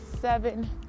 seven